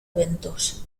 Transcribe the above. eventos